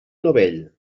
novell